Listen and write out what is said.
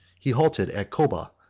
he halted at koba,